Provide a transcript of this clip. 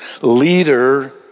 leader